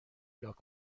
لاک